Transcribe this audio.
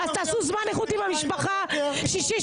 תעשו זמן איכות עם המשפחה: שישי,